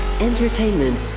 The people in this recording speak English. Entertainment